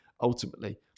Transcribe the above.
Ultimately